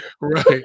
right